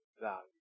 value